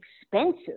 expensive